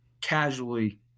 casually